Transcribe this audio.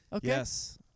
Yes